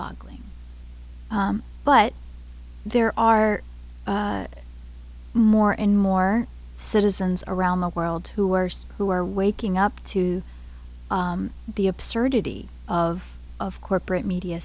boggling but there are more and more citizens around the world who are who are waking up to the absurdity of of corporate media